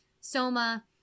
Soma